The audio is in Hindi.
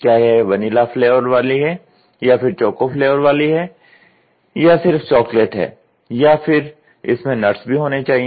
क्या यह वनिला फ्लेवर वाली है या फिर चोको फ्लेवर वाली है या सिर्फ चॉकलेट है या फिर इसमें नट्स भी होने चाहिए